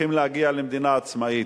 צריכים להגיע למדינה עצמאית.